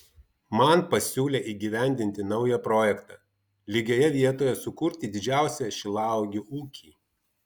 man pasiūlė įgyvendinti naują projektą lygioje vietoje sukurti didžiausią šilauogių ūkį